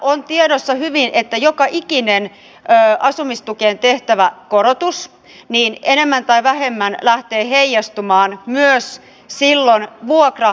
on tiedossa hyvin että joka ikinen asumistukeen tehtävä korotus enemmän tai vähemmän lähtee heijastumaan silloin myös vuokratasoihin